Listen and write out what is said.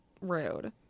rude